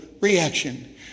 reaction